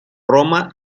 roma